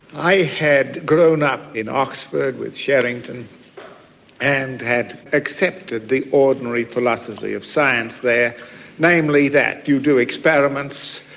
i had grown up in oxford with sherrington and had accepted the ordinary philosophy of science there namely that you do experiments,